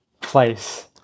place